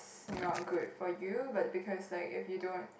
is not good for you but because like if you don't